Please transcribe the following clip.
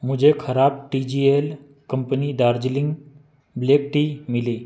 मुझे खराब T G L company Darjeeling black tea मिली